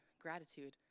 gratitude